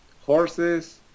horses